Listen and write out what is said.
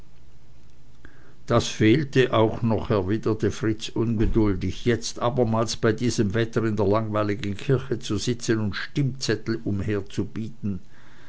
das fehlte auch noch erwiderte fritz ungeduldig jetzt abermals bei diesem wetter in der langweiligen kirche zu sitzen und stimmzettel